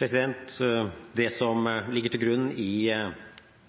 Det som ligger til grunn i